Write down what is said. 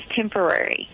temporary